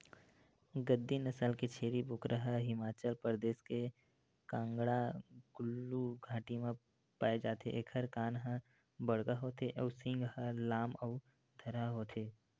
गद्दी नसल के छेरी बोकरा ह हिमाचल परदेस के कांगडा कुल्लू घाटी म पाए जाथे एखर कान ह बड़का होथे अउ सींग ह लाम अउ धरहा होथे